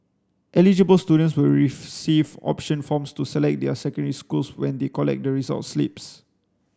eligible students will receive option forms to select their secondary schools when they collect the results slips